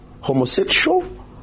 homosexual